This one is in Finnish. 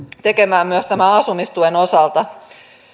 tekemään myös tämän asumistuen osalta